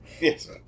Yes